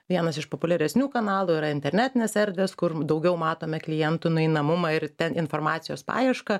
vienas iš populiaresnių kanalų yra internetinės erdvės kur daugiau matome klientų nueinamumą ir informacijos paiešką